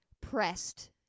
pressed